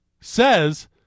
says